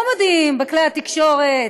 לא מודיעים בכלי התקשורת: